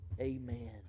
Amen